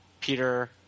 Peter